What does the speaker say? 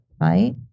right